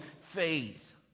faith